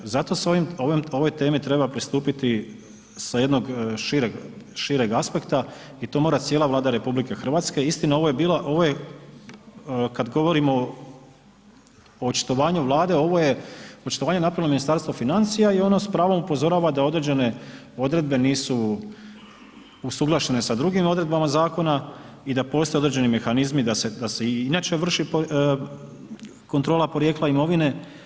Zato se ovoj temi treba pristupiti sa jednog šireg aspekta i to mora cijela Vlada RH, istina, ovo je bila, ovo je kad govorimo o očitovanju Vlade, ovo je očitovanje napravilo Ministarstvo financija i ono s pravom upozorava da određene odredbe nisu usuglašene sa drugim odredbama zakona i da postoje određeni mehanizmi da se inače vrši kontrola porijekla imovine.